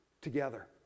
Together